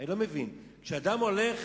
אני לא מבין, כשאדם הולך